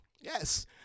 yes